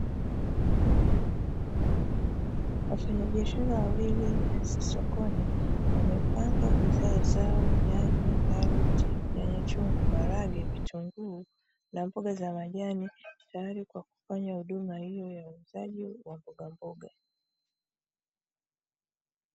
Wafanyabiashara wawili sokoni wamepanga bidhaa zao nyanya ,karoti, nyanya chungu, maharage, vitunguu na mboga za majani tayari kwa kufanya huduma hiyo ya uuzaji wa mbogamboga.